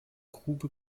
grube